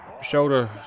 Shoulder